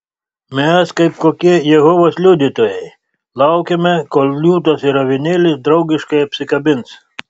mes kaip kokie jehovos liudytojai laukiame kol liūtas ir avinėlis draugiškai apsikabins